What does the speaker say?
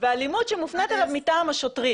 ואלימות שמופנית אליו מטעם השוטרים.